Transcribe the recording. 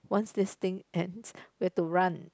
once this thing ends we have to run